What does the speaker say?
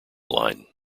line